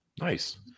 nice